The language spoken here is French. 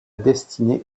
destinée